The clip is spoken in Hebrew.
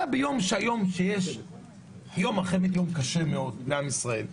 בא ביום, יום אחרי יום קשה מאוד לעם ישראל.